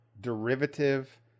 derivative